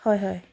হয় হয়